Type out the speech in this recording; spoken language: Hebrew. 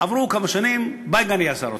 עברו כמה שנים ובייגה נהיה שר אוצר,